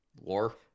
War